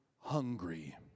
hungry